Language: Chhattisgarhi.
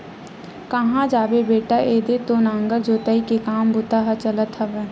काँहा जाबे बेटा ऐदे तो नांगर जोतई के काम बूता ह चलत हवय